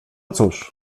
cóż